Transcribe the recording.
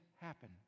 happen